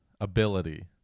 ability